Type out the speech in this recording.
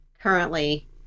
currently